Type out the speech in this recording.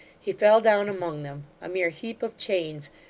he fell down among them, a mere heap of chains,